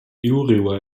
oroa